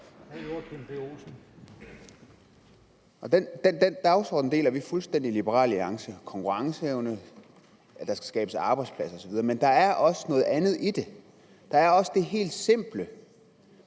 Den dagsorden deler vi fuldstændig i Liberal Alliance, altså det med konkurrenceevnen, og at der skal skabes arbejdspladser. Men der er også noget andet i det. Der er også det helt enkle,